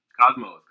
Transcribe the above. Cosmos